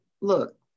look